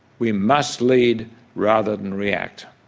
we must lead rather than react.